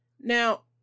Now